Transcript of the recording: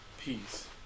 Peace